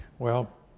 well,